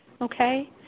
okay